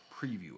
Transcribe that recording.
preview